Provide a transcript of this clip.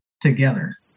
together